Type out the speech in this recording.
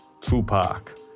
Tupac